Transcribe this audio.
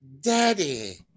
Daddy